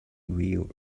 will